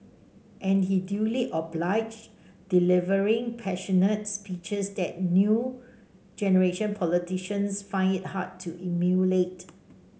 and he duly obliged delivering passionate speeches that new generation politicians find it hard to emulate